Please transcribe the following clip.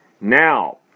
now